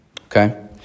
Okay